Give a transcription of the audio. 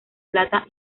plata